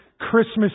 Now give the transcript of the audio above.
Christmas